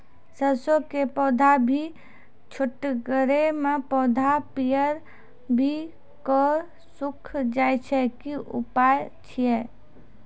सरसों के पौधा भी छोटगरे मे पौधा पीयर भो कऽ सूख जाय छै, की उपाय छियै?